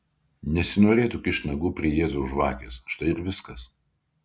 nesinorėtų kišt nagų prie jėzaus žvakės štai ir viskas